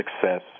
success